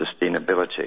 sustainability